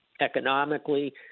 economically